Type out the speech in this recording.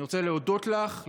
אני רוצה להודות לך,